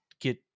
get